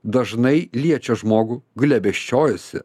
dažnai liečia žmogų glebesčiojasi